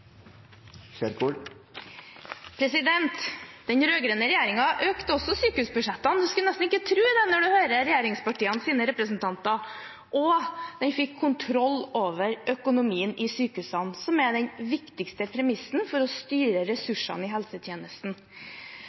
replikkordskifte. Den rød-grønne regjeringen økte også sykehusbudsjettene – man skulle nesten ikke tro det når man hører regjeringspartienes representanter – og den fikk kontroll over økonomien i sykehusene, som er den viktigste premissen for å styre ressursene i helsetjenesten.